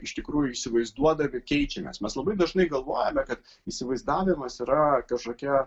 iš tikrųjų įsivaizduodami keičiamės mes labai dažnai galvojame kad įsivaizdavimas yra kažkokia